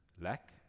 lack